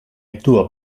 actua